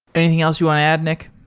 anything else you want to add, nick?